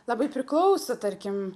labai priklauso tarkim